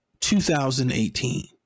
2018